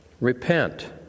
repent